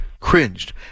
Cringed